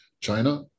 china